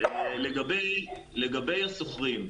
לגבי השוכרים,